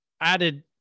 added